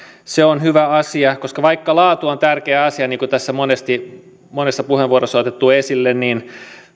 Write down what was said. se on hyvä asia koska vaikka laatu on tärkeä asia niin kuin tässä monessa puheenvuorossa on otettu esille niin